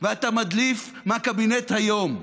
ואתה מדליף מהקבינט היום,